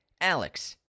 alex